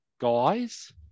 guys